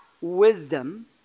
wisdom